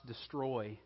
destroy